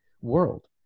world